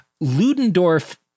Ludendorff